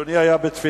אדוני היה בתפילה?